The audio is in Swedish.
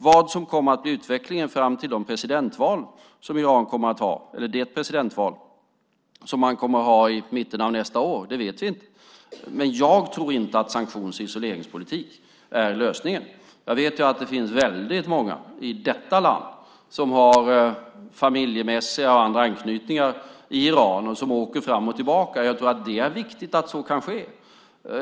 Vad som kommer att bli utvecklingen fram till det presidentval som Iran kommer att ha i mitten av nästa år vet vi inte. Men jag tror inte att sanktions och isoleringspolitik är lösningen. Jag vet att det finns väldigt många i detta land som har familjemässiga och andra anknytningar i Iran och som åker fram och tillbaka. Jag tror att det är viktigt att så kan ske.